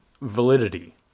validity